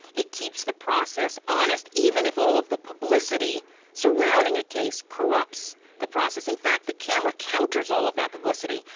it keeps the process honest, even if all of the publicity surrounding a case corrupts the process. in fact the camera counters all of that publicity,